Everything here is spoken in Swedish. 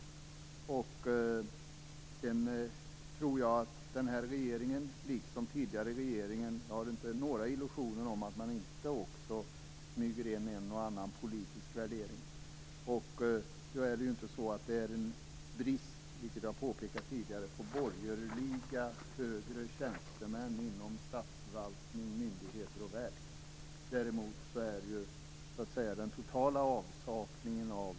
Jag har inte beträffande vare sig den här regeringen eller den tidigare regeringen några illusioner om att man inte smugit in en och annan politisk värdering. Det råder inte brist, vilket tidigare påpekats, på borgerliga högre tjänstemän inom statsförvaltning, myndigheter och verk. Däremot är den totala avsaknaden av vänsterfolk, miljöaktivister osv. i så fall desto mera flagrant. Jag skall dock inte förlänga debatten i onödan, utan jag yrkar på godkännande av utskottets anmälan i denna del.